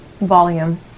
Volume